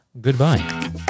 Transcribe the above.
Goodbye